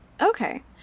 Okay